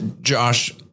Josh